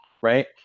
right